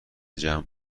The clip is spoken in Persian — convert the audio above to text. جمعه